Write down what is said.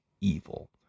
evil